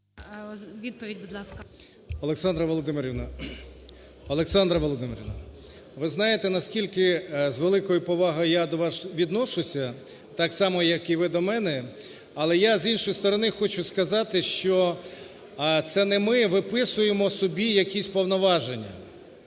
Володимирівна! Олександра Володимирівна! Ви знаєте, наскільки з великою повагою я до вас відношуся, так само як і ви до мене. Але я, з іншої сторони, хочу сказати, що це не ми виписуємо собі якісь повноваження,